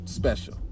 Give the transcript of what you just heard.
special